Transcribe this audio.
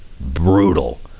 brutal